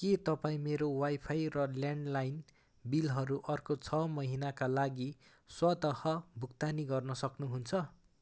के तपाईँ मेरो वाइफाई र ल्यान्डलाइन बिलहरू अर्को छ महिनाका लागि स्वतः भुक्तानी गर्न सक्नुहुन्छ